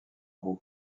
roux